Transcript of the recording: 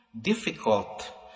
difficult